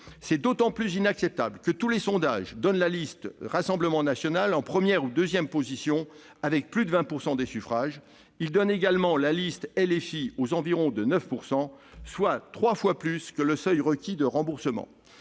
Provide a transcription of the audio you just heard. est d'autant plus inacceptable que tous les sondages donnent la liste du Rassemblement national en première ou en deuxième position, avec plus de 20 % des suffrages. Ils donnent également la liste LFI aux environs de 9 %, soit trois fois plus que le seuil requis pour le remboursement.